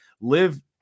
live